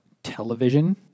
Television